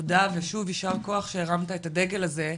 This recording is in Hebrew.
תודה ושוב יישר כוח, שהרמת את הדגל הזה.